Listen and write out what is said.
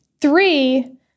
Three